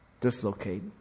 dislocate